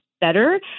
better